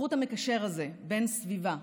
החוט המקשר הזה בין סביבה,